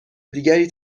دیگری